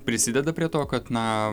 prisideda prie to kad na